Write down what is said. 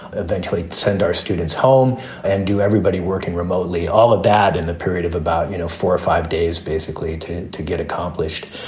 eventually send our students home and do everybody working remotely, all of that in a period of about you know four or five days basically to to get accomplished.